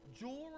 jewelry